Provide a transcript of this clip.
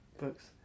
books